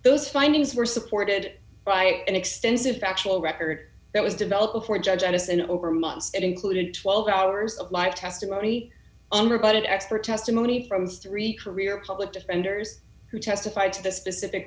those findings were supported by an extensive factual record that was developed before judge addison over months and included twelve hours of live testimony but it expert testimony from this three career public defenders who testified to the specific